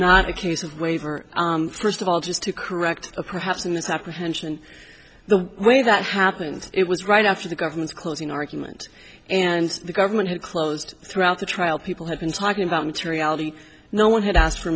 not a case of waiver first of all just to correct a perhaps a misapprehension the way that happened it was right after the government's closing argument and the government had closed throughout the trial people had been talking about materiality no one had asked for